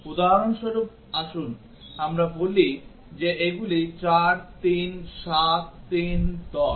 উদাহরণস্বরূপ আসুন আমরা বলি যে এগুলি 4 3 7 3 10